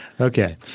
Okay